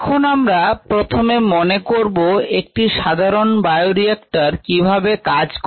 এখন আমরা প্রথমে মনে করব একটি সাধারণ বায়োরিএক্টর কিভাবে কাজ করে